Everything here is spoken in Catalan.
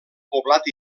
poblat